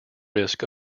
risk